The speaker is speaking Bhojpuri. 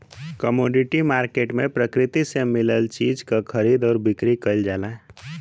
कमोडिटी मार्केट में प्रकृति से मिलल चीज क खरीद आउर बिक्री कइल जाला